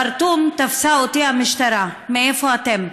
בחרטום תפסה אותי המשטרה: מאיפה אתם?